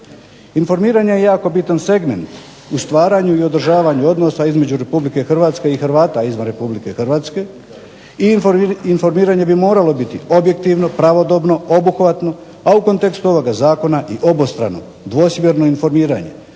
Informiranje je jako bitan segment u stvaranju i održavanju odnosa između RH i Hrvata izvan RH i informiranje bi moralo biti objektivno, pravodobno, obuhvatno, a u kontekstu ovoga zakona i obostrano, dvosmjerno informiranje.